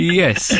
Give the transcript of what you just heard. yes